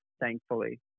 thankfully